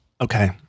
Okay